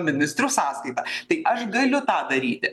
ministrų sąskaita tai aš galiu tą daryti